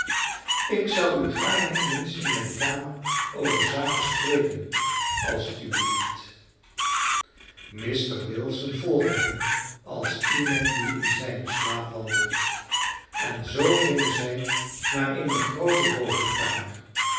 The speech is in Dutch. ik zou u gaarne eens in mijne kamer over zaken spreken als het u belieft mr wilson volgde hem als iemand die in zijnen slaap wandelt en zoo gingen zij naar eene groote bovenkamer